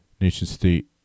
nation-state